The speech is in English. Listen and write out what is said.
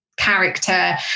character